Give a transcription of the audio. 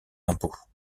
impôts